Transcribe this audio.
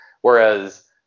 Whereas